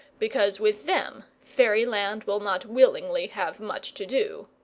because with them fairyland will not willingly have much to do.